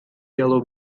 yellow